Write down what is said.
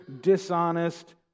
dishonest